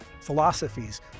philosophies